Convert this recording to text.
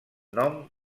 nom